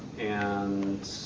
and,